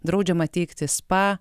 draudžiama teikti spa